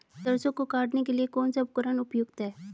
सरसों को काटने के लिये कौन सा उपकरण उपयुक्त है?